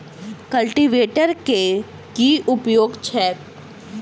Cultivator केँ की उपयोग छैक?